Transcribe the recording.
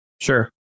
Sure